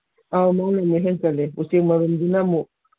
ꯑꯧ ꯃꯥꯅ ꯑꯃꯨꯛ ꯍꯦꯟꯖꯤꯜꯂꯦ ꯎꯆꯦꯛ ꯃꯔꯨꯝꯗꯨꯅ ꯑꯃꯨꯛ